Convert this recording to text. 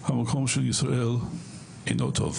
שהמקום של ישראל אינו טוב.